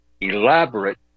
elaborate